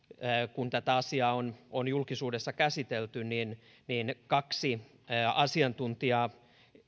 kun tätä asiaa on on julkisuudessa käsitelty kaksi asiantuntijaa